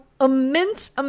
immense